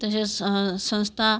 तसेच सं संस्था